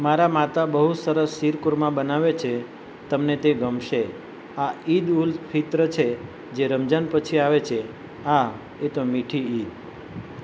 મારાં માતા બહુ સરસ શીરકુરમા બનાવે છે તમને તે ગમશે આ ઈદ ઉલ ફિત્ર છે જે રમઝાન પછી આવે છે આહ એ તો મીઠી ઈદ